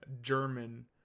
german